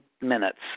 minutes